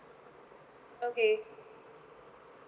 okay